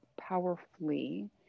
powerfully